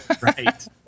Right